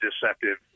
deceptive